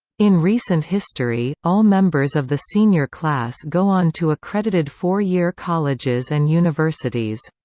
in recent history, all members of the senior class go on to accredited four-year colleges and universities.